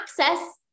access